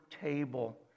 table